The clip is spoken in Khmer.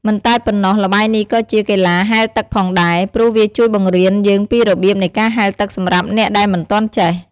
មិនតែប៉ុណ្ណោះ ល្បែងនេះក៏ជាកីឡាហែលទឹកផងដែរ ព្រោះវាជួយបង្រៀនយើងពីរបៀបនៃការហែលទឹកសម្រាប់អ្នកដែលមិនទាន់ចេះ។